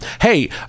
Hey